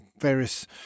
various